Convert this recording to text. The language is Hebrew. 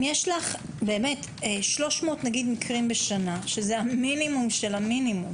אם יש לך 300 מקרים בשנה שזה המינימום של המינימום